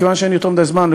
מכיוון שאין לי יותר מדי זמן,